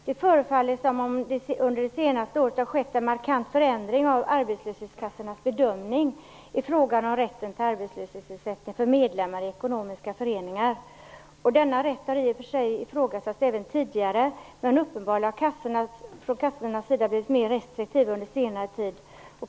Fru talman! Under det senaste året förefaller en markant förändring av arbetslöshetskassornas bedömning ha skett i fråga om rätten till arbetslöshetsersättning för medlemmar i ekonomiska föreningar. Denna rätt har i och för sig ifrågasatts även tidigare. Uppenbarligen har kassorna blivit mera restriktiva under senare tid.